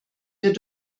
wir